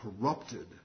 corrupted